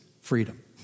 freedom